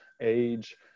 age